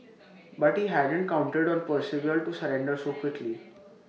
but he hadn't counted on Percival to surrender so quickly